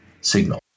signal